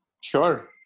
Sure